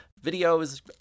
videos